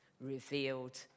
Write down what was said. revealed